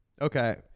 Okay